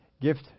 gift